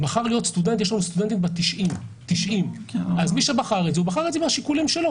בחר להיות סטודנט יש לנו סטודנטית בת 90 בחר את זה מהשיקולים שלו.